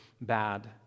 bad